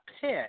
pit